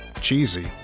cheesy